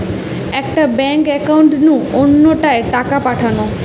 একটা bank account নু অন্য টায় টাকা পাঠানো